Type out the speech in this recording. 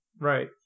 Right